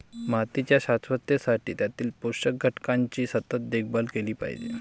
मातीच्या शाश्वततेसाठी त्यातील पोषक घटकांची सतत देखभाल केली पाहिजे